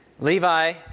Levi